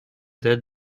dead